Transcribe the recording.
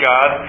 God